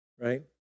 right